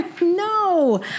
No